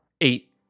Eight